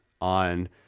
on